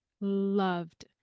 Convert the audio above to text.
loved